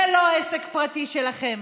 זה לא עסק פרטי שלכם,